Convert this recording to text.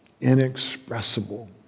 inexpressible